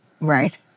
Right